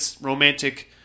romantic